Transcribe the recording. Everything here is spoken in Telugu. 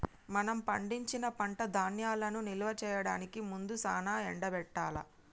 మనం పండించిన పంట ధాన్యాలను నిల్వ చేయడానికి ముందు సానా ఎండబెట్టాల్ల